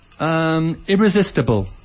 Irresistible